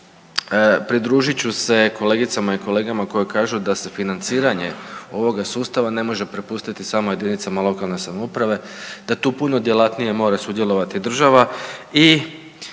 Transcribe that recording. pridružit ću se kolegicama i kolega koji kažu da se financiranje ovoga sustava ne može prepustiti samo jedinicama lokalne samouprave, da tu puno djelatnije mora sudjelovati država